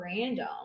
random